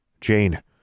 Jane